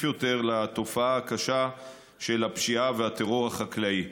יותר לתופעה הקשה של הפשיעה והטרור החקלאי.